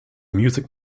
music